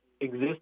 exist